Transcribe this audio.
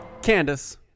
Candace